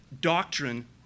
doctrine